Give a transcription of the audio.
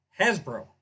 hasbro